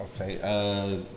okay